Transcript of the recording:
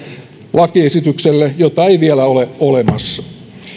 lakiesitykselle jota ei vielä ole olemassa